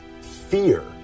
fear